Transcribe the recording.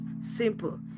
simple